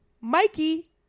Mikey